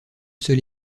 seule